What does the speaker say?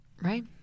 Right